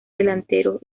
delantero